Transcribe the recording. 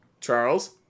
charles